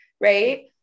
right